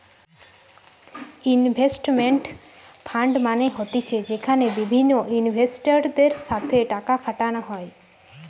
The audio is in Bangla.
ইনভেস্টমেন্ট ফান্ড মানে হতিছে যেখানে বিভিন্ন ইনভেস্টরদের সাথে টাকা খাটানো হয়